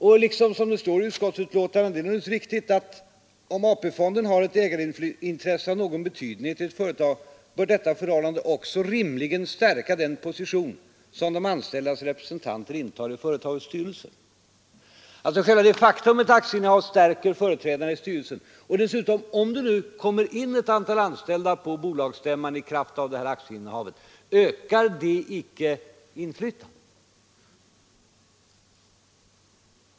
Det heter mycket riktigt i utskottsbetänkandet bl.a.: ”Om AP-fonden ——— har ett ägarintresse av någon betydenhet i ett företag bör detta förhållande också rimligen stärka den position som de anställdas representanter intar i företagets styrelse.” Själva det faktum att de har ett aktieinnehav stärker alltså de anställdas företrädare i styrelsen. Om det dessutom kommer in ett antal anställda till bolagsstämman i kraft av detta aktieinnehav, ökar det icke inflytandet?